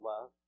love